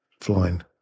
flying